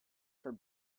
for